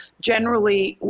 generally,